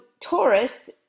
Taurus